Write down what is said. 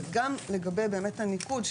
גם לגבי הניקוד,